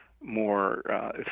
more